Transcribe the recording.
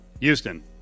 Houston